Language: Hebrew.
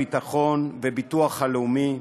הביטחון והביטוח הלאומי,